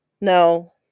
no